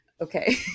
Okay